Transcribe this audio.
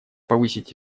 повысить